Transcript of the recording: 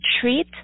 treat